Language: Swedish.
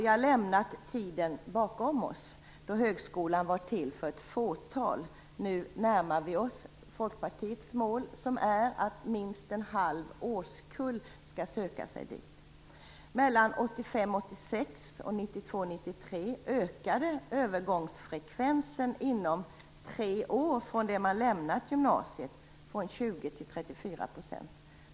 Vi har lämnat tiden bakom oss då högskolan var till för ett fåtal. Nu närmar vi oss Folkpartiets mål som är att minst en halv årskull skall söka sig dit. Mellan 1985 och 1986 samt 1992 och 1993 ökade övergångsfrekvensen inom tre år från det man lämnat gymnasiet från 20 % till 34 %.